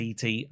CT